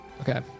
okay